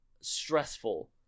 stressful